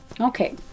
Okay